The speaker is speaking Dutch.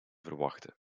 verwachtte